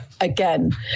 again